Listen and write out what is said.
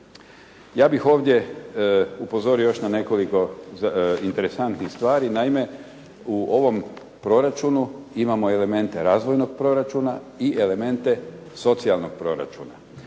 Ja bih ovdje upozorio još na nekoliko interesantnih stvari. Naime, u ovom proračunu imamo elemente razvojnog proračuna i elemente socijalnog proračuna.